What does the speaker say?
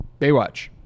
Baywatch